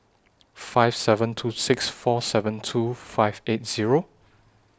five seven two six four seven two five eight Zero